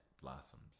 blossoms